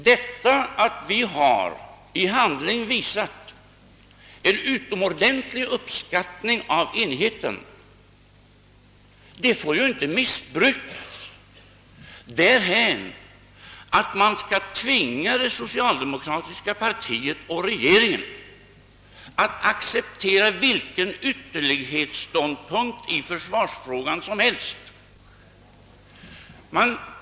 Detta att vi har i handling visat en utomordentlig uppskattning av enigheten får emellertid icke, herr Bohman, missbrukas därhän, att man skall tvinga det socialdemokratiska partiet och regeringen att acceptera vilken ytterlighetsståndpunkt som helst i försvarsfrågan.